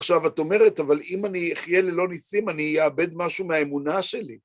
עכשיו, את אומרת, אבל אם אני אחיה ללא ניסים, אני אאבד משהו מהאמונה שלי.